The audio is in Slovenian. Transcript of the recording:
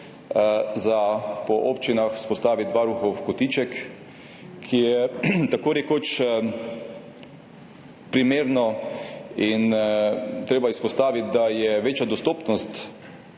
po občinah vzpostaviti varuhov kotiček, kar je tako rekoč primerno. Treba je izpostaviti, da je večja dostopnost